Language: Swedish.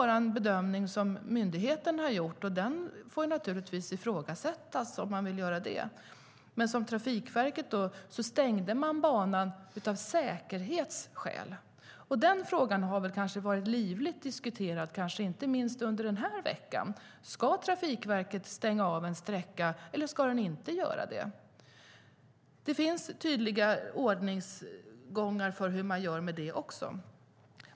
Det är en bedömning som myndigheten gjorde, och den får naturligtvis ifrågasättas. Frågan har varit livligt diskuterad, inte minst under den här veckan. Ska Trafikverket stänga av en sträcka eller inte? Det finns tydliga ordningar för hur man gör det också.